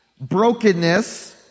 brokenness